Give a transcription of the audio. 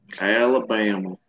Alabama